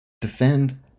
Defend